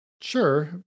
sure